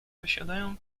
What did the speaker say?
wysiadają